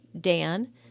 Dan